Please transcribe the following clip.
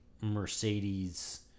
Mercedes